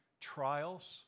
Trials